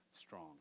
strong